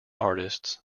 artists